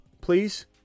please